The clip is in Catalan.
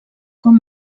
com